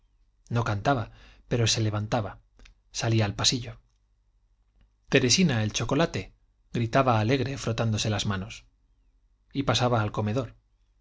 no cantaba pero se levantaba salía al pasillo teresina el chocolate gritaba alegre frotándose las manos y pasaba al comedor